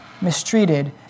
mistreated